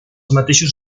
mateixos